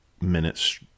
minutes